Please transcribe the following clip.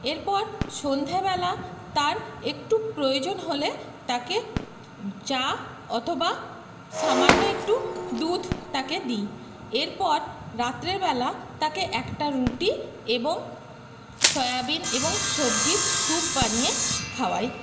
এরপর সন্ধ্যেবেলা তার একটু প্রয়োজন হলে তাকে চা অথবা সামান্য একটু দুধ তাকে দিই এরপর রাত্রেবেলা তাকে একটা রুটি এবং সয়াবিন এবং সবজির সুপ বানিয়ে খাওয়াই